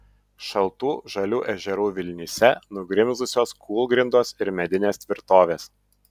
šaltų žalių ežerų vilnyse nugrimzdusios kūlgrindos ir medinės tvirtovės